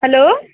hello